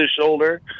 shoulder